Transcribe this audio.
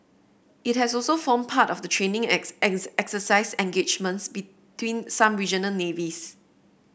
it has also formed part of the training exercise engagements between some regional navies